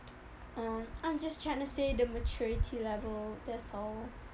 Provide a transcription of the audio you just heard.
um I'm just tryna say the maturity level that's all